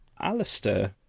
Alistair